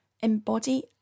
Embody